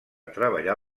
treballar